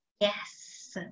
Yes